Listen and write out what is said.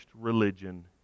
religion